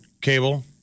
cable